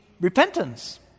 repentance